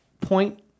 Point